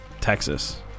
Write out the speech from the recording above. Texas